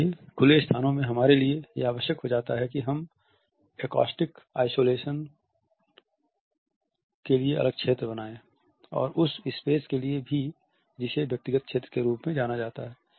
इसलिए खुले स्थानों में हमारे लिए यह आवश्यक हो जाता है कि हम एकॉस्टिक आइसोलेशन के लिए क्षेत्र बनाएँ और उस स्पेस के लिए भी जिसे व्यक्तिगत क्षेत्र के रूप में जाना जाता है